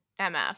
mf